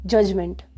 Judgment